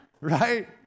right